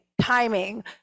timing